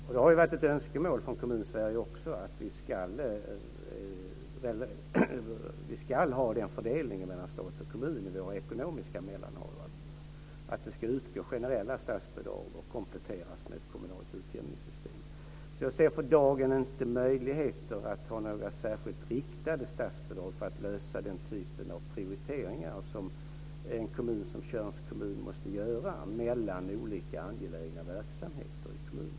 Det har också varit ett önskemål från kommuner i Sverige att vi ska ha den fördelningen mellan stat och kommun i våra ekonomiska mellanhavanden, att det ska utgå generella statsbidrag och kompletteras med ett kommunalt utjämningssystem. Jag ser för dagen inte några möjligheter att ha särskilt riktade statsbidrag för att klara den typ av prioriteringar som en kommun som Tjörns kommun måste göra mellan olika angelägna verksamheter i kommunen.